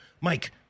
Mike